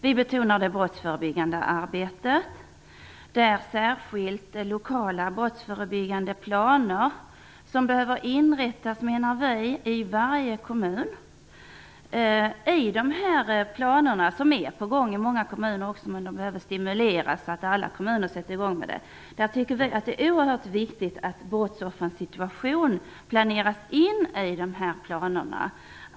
Vi betonar det brottsförebyggande arbetet, och då särskilt lokala brottsförebyggande planer. Vi menar att de behöver inrättas i varje kommun. Arbetet med dessa planer är också på gång i många kommuner, men det behöver stimuleras så att alla kommuner sätter igång med det. Vi tycker att det är oerhört viktigt att brottsoffrens situation är en del av dessa planer.